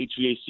HVAC